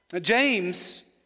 James